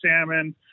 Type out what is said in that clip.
salmon